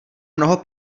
mnoho